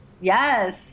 Yes